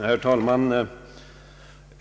Herr talman!